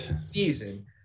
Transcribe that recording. season